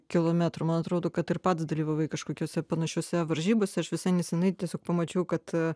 kilometrų man atrodo kad ir pats dalyvavai kažkokiose panašiose varžybose aš visai neseniai tiesiog pamačiau kad